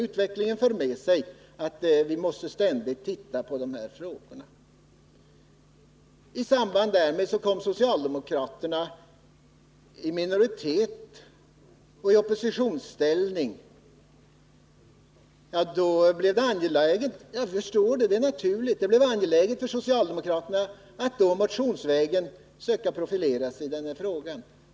Utvecklingen för ju med sig att vi ständigt måste titta på dessa frågor. Därefter kom socialdemokraterna i minoritet och i oppositionsställning. Då blev det angeläget för socialdemokraterna — och det förstår jag, för det är naturligt — att motionsvägen söka profilera sig i denna fråga.